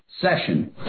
session